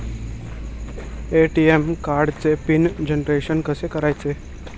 ATM कार्डचे PIN generation कसे करायचे?